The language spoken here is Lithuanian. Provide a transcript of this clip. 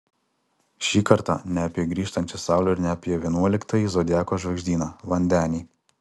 šį kartą ne apie grįžtančią saulę ir ne apie vienuoliktąjį zodiako žvaigždyną vandenį